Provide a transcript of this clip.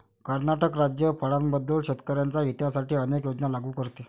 कर्नाटक राज्य फळांबद्दल शेतकर्यांच्या हितासाठी अनेक योजना लागू करते